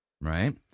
right